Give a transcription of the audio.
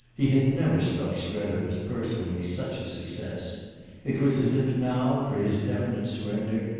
he had never struck strether as personally such a success it was as if now, for his definite surrender,